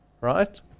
right